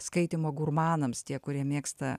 skaitymo gurmanams tie kurie mėgsta